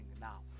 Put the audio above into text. now